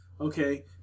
okay